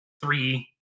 three